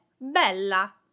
bella